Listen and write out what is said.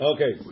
Okay